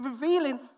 revealing